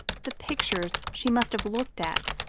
the pictures she must have looked at,